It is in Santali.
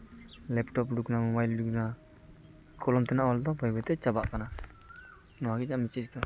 ᱞᱮᱯᱴᱚᱯ ᱩᱰᱩᱠᱮᱱᱟ ᱢᱳᱵᱟᱭᱤᱞ ᱩᱰᱩᱠᱮᱱᱟ ᱠᱚᱞᱚᱢ ᱛᱮᱱᱟᱜ ᱚᱞ ᱫᱚ ᱵᱟᱹᱭᱼᱵᱟᱹᱭᱛᱮ ᱪᱟᱵᱟᱜ ᱠᱟᱱᱟ ᱱᱚᱣᱟ ᱜᱮ ᱡᱟ ᱢᱮᱪᱤᱥ ᱫᱚ